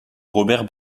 robert